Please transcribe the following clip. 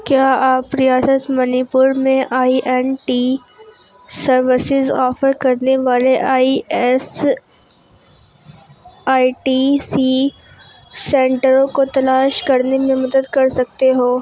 کیا آپ ریاست منی پور میں I N T services offer کرنے والے I S I T C سینٹروں کو تلاش کرنے میں مدد کر سکتے ہو